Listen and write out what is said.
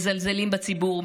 מזלזלים בציבור,